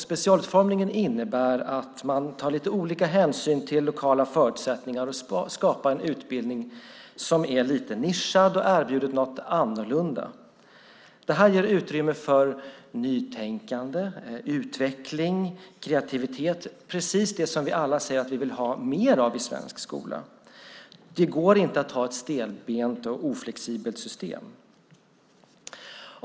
Specialutformningen innebär att man tar lite olika hänsyn till lokala förutsättningar och skapar en utbildning som är lite nischad och erbjuder något annorlunda. Det ger utrymme för nytänkande, utveckling, kreativitet - precis det som vi alla säger att vi vill ha mer av i svensk skola. Det går inte att ha ett stelbent och oflexibelt system.